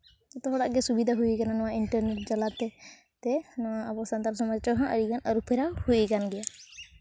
ᱡᱚᱛᱚ ᱦᱚᱲᱟᱜ ᱜᱮ ᱥᱩᱵᱤᱫᱷᱟ ᱦᱩᱭ ᱠᱟᱱᱟ ᱱᱚᱣᱟ ᱤᱱᱴᱟᱨᱱᱮᱴ ᱡᱟᱞᱟᱛᱮ ᱱᱚᱣᱟ ᱟᱵᱚ ᱥᱟᱱᱛᱟᱲ ᱥᱚᱢᱟᱡᱽ ᱨᱮᱦᱚᱸ ᱟᱹᱰᱤᱜᱟᱱ ᱟᱹᱨᱩ ᱯᱷᱮᱨᱟᱣ ᱦᱩᱭ ᱟᱠᱟᱱ ᱜᱮᱭᱟ